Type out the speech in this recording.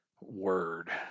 word